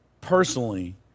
personally